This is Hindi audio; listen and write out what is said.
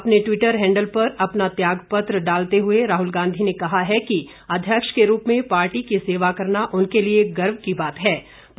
अपने टवीटर हैंडल पर अपना त्याग पत्र डालते हुए राहुल गांधी ने कहा है कि अध्यक्ष के रूप में पार्टी की सेवा करना उनके लिए गर्व की बात थी